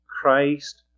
Christ